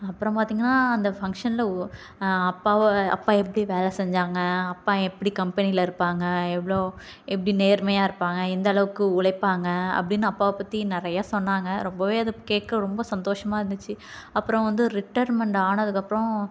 அப்புறம் பார்த்திங்கன்னா அந்த ஃபங்க்ஷனில் ஓ அப்பாவை அப்பா எப்படி வேலை செஞ்சாங்க அப்பா எப்படி கம்பெனியில் இருப்பாங்க எவ்வளோ எப்படி நேர்மையாக இருப்பாங்க எந்தளவுக்கு உழைப்பாங்க அப்படின்னு அப்பாவை பற்றி நிறையா சொன்னாங்க ரொம்பவே அதை கேட்க ரொம்ப சந்தோஷமாக இருந்துச்சு அப்புறம் வந்து ரிட்டேர்மெண்ட் ஆனதுக்கப்புறம்